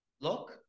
Look